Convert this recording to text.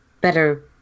better